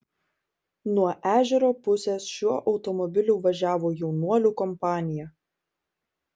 nuo ežero pusės šiuo automobiliu važiavo jaunuolių kompanija